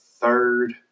third